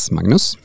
Magnus